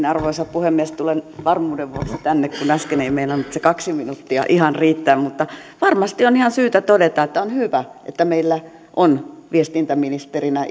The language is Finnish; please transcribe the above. arvoisa puhemies tulen varmuuden vuoksi tänne kun äsken ei meinannut se kaksi minuuttia ihan riittää varmasti on ihan syytä todeta että on hyvä että meillä on viestintäministerinä